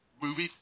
movie